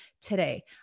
today